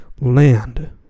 land